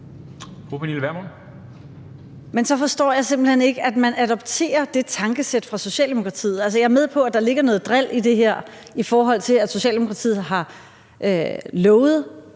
simpelt hen ikke, at man adopterer det tankesæt fra Socialdemokratiet. Altså, jeg er med på, at der ligger noget drilleri i det her, i forhold til at Socialdemokratiet har lovet,